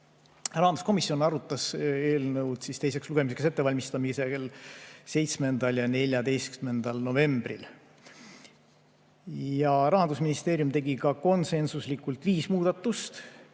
Rahanduskomisjon arutas eelnõu teiseks lugemiseks ettevalmistamiseks 7. ja 14. novembril. Rahandusministeerium tegi konsensuslikult viis muudatust.